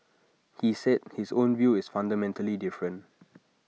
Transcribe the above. he said his own view is fundamentally different